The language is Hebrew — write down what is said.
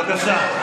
בבקשה.